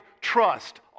trust